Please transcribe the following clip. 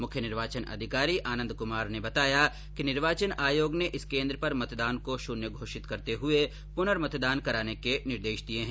मुख्य निर्वाचन अधिकारी आनंद कमार ने बताया कि निर्वाचन आयोग ने इस केन्द्र पर मतदान को शन्य घोषित करते हुए प्नर्मतदान कराने के निर्देश दिए हैं